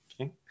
okay